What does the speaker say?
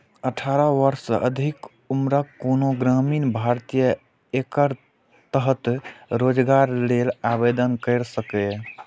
अठारह वर्ष सँ अधिक उम्रक कोनो ग्रामीण भारतीय एकर तहत रोजगार लेल आवेदन कैर सकैए